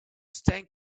staring